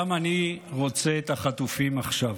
גם אני רוצה את החטופים עכשיו.